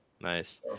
nice